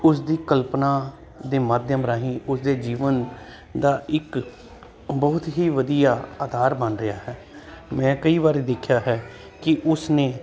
ਉਸਦੀ ਕਲਪਨਾ ਦੇ ਮਾਧਿਅਮ ਰਾਹੀਂ ਉਸਦੇ ਜੀਵਨ ਦਾ ਇੱਕ ਬਹੁਤ ਹੀ ਵਧੀਆ ਆਧਾਰ ਬਣ ਰਿਹਾ ਹੈ ਮੈਂ ਕਈ ਵਾਰੀ ਦੇਖਿਆ ਹੈ ਕਿ ਉਸਨੇ